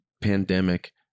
pandemic